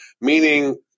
meaning